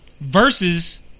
Versus